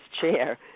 chair